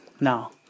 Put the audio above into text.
Now